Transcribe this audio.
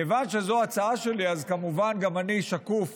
כיוון שזו ההצעה שלי, אז כמובן גם אני שקוף